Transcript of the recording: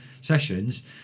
sessions